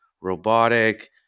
robotic